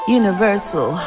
universal